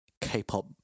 K-pop